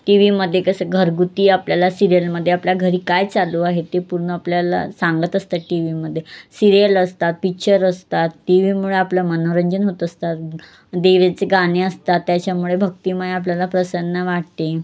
T व्हीमध्ये कसं घरगुती आपल्याला सिरियलमध्ये आपल्या घरी काय चालू आहे ते पूर्ण आपल्याला सांगत असतं टी व्हीमध्ये सिरियल असतात पिच्चर असतात टी व्हीमुळे आपलं मनोरंजन होत असतात देवाचे गाणे असतात त्याच्यामुळे भक्तिमय आपल्याला प्रसन्न वाटते